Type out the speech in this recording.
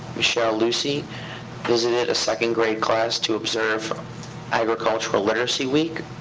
michelle lucy visited a second-grade class to observe agricultural literacy week.